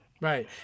right